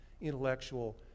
intellectual